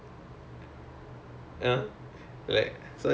ya then wherever he asked me also then I need to sorry